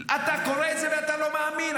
אתה קורא את זה ואתה לא מאמין,